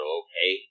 okay